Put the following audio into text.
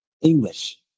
English